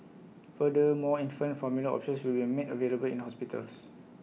further more infant formula options will be made available in hospitals